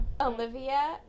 Olivia